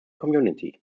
community